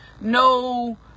no